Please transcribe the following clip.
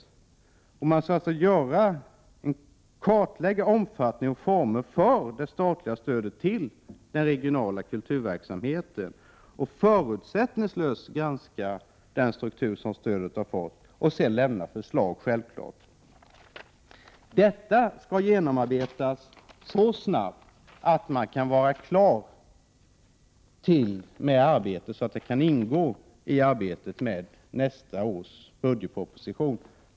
Utredningen skall alltså kartlägga omfattningen av och formerna för stödet till den regionala kulturverksamheten och förutsättningslöst granska den struktur som stödet har fått och självfallet sedan lägga fram förslag. Detta skall genomarbetas så snabbt att utredningen kan vara klar inför arbetet med nästa års budgetproposition.